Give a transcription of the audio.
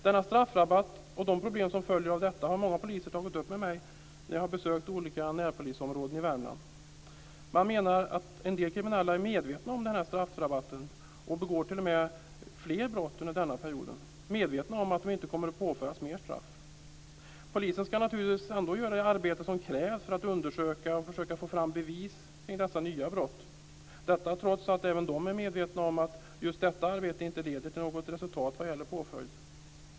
Denna straffrabatt och de problem som följer av denna har många poliser tagit upp med mig när jag har besökt olika närpolisområden i Värmland. Man menar att en del kriminella är medvetna om straffrabatten och t.o.m. begår fler brott under denna period, medvetna om att de inte kommer att påföras ytterligare straff. Polisen ska naturligtvis ändå göra det arbete som krävs för att undersöka och försöka att få fram bevis när det gäller dessa nya brott, detta trots att även de är medvetna om att just detta arbete inte leder till något resultat vad gäller påföljd.